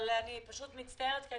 ואני מצטערת על כך,